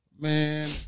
Man